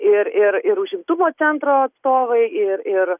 ir ir ir užimtumo centro atstovai ir ir